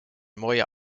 mooie